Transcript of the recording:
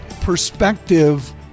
perspective